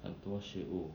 很多食物